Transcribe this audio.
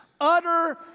utter